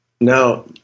now